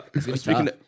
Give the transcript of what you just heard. Speaking